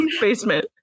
basement